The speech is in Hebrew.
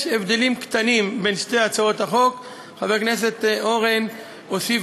יש הבדלים קטנים בין שתי הצעות החוק: חבר הכנסת אורן הוסיף